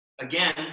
Again